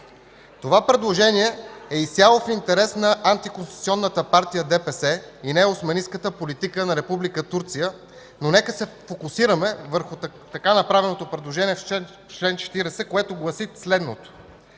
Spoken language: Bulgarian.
Това предложение е изцяло в интерес на антиконституционната партия ДПС и неоосманистката политика на Република Турция, но нека се фокусираме върху така направеното предложение в чл. 40, което гласи следното: